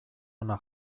ona